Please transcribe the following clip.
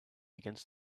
against